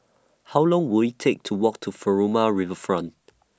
How Long Will IT Take to Walk to Furama Riverfront